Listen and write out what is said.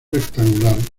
rectangular